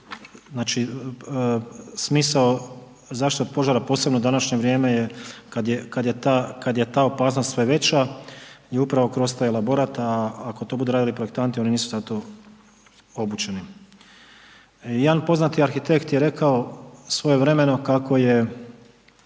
znači smisao zaštita od požara posebno u današnje vrijeme kada je ta opasnost sve veća i upravo kroz taj elaborat. Ako to budu radili projektanti, oni nisu za to obučeni. Jedan poznati arhitekt je rekao svojevremeno kako se